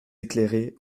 éclairer